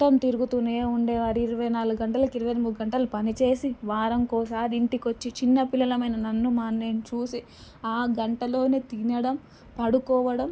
మొత్తం తిరుగుతూనే ఉండేవారు ఇరవై నాలుగు గంటలకి ఇరవై మూడు గంటలు పని చేసి వారంకి ఒకసారి ఇంటికి వచ్చి చిన్న పిల్లలమైన నన్ను మా అన్నయ్యను చూసి ఆ గంటలోనే తినడం పడుకోవడం